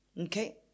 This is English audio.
Okay